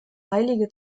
heilige